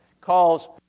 calls